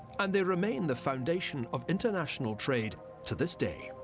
and they remain the foundation of international trade to this day.